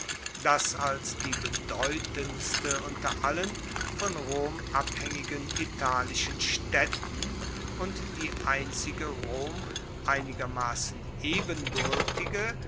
das als die bedeutendste unter allen von rom abhaengigen italischen staedten und die einzige rom einigermassen ebenbuertige